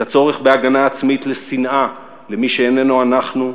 את הצורך בהגנה עצמית לשנאה למי שאיננו אנחנו,